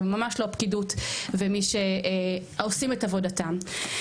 זה ממש לא הפקידות ומי שעושים את עבודתם.